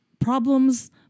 problems